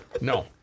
No